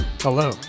Hello